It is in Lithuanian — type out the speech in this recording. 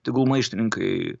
tegul maištininkai